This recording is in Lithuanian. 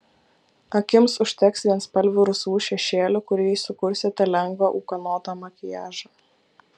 akims užteks vienspalvių rusvų šešėlių kuriais sukursite lengvą ūkanotą makiažą